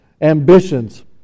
ambitions